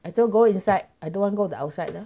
I so go inside I don't want to go outside lah